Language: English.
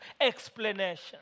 explanation